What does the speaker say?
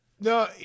No